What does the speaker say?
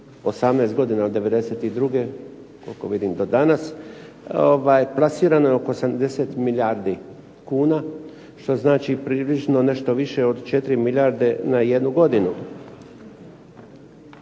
18 godina od '92. koliko vidim do danas, plasirano je oko 70 milijardi kuna, što znači približno nešto više od 4 milijarde na jednu godinu.